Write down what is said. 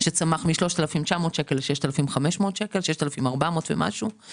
שצמח מ-3,900 שקל ל-6,400 ומשהו,